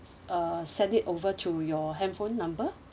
uh send it over to your handphone number